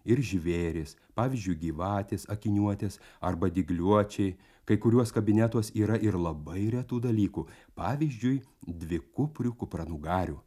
ir žvėrys pavyzdžiui gyvatės akiniuotės arba dygliuočiai kai kuriuos kabinetuos yra ir labai retų dalykų pavyzdžiui dvikuprių kupranugarių